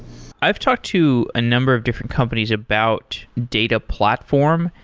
i've talked to a number of different companies about data platform,